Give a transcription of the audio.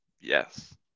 Yes